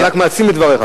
אני רק מעצים את דבריך.